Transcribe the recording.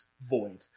void